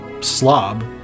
slob